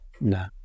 No